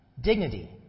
dignity